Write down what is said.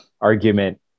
argument